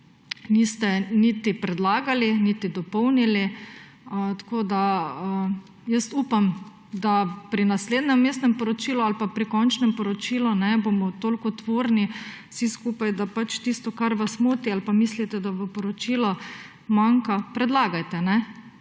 niste niti predlagali, niti dopolnili, tako da jaz upam, da pri naslednjem vmesnem poročilu ali pa pri končnem poročilu bomo toliko tvorni vsi skupaj, da tisto, kar vas moti ali pa mislite, da v poročilu manjka, predlagate,